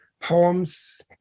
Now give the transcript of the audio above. poems